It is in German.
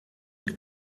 mit